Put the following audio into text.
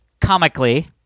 comically